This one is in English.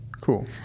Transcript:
Cool